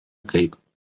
kaip